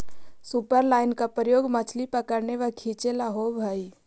superline का प्रयोग मछली पकड़ने व खींचे ला होव हई